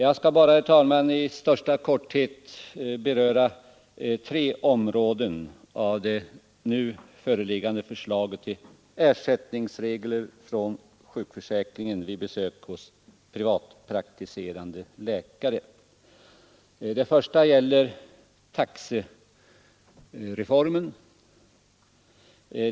Jag skall, herr talman, i största korthet beröra tre områden i det föreliggande förslaget till regler om ersättning från sjukförsäkringen vid besök hos privatpraktiserande läkare. Det första gäller taxereformen.